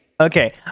Okay